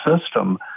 system